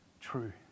true